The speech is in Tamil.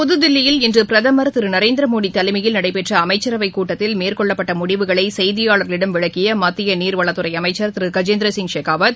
புதுகில்லியில் இன்று பிரதமர் திரு நரேந்திர மோடி தலைமையில் நடைபெற்ற அமைச்சரவைக் கூட்டத்தில் மேற்கொள்ளப்பட்ட முடிவுகளை செய்தியாளர்களிடம் விளக்கிய மத்திய நீர்வளத்துறை அமைச்சர் திரு கஜேந்திர சிங் ஷெகாவத்